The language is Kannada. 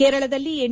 ಕೇರಳದಲ್ಲಿ ಎನ್